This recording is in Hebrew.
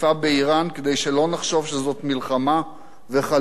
כדי שלא נחשוב שזאת מלחמה וחלילה נבין.